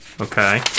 Okay